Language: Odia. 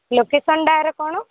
ଲୋକେସନ୍ଟା ଏହାର କ'ଣ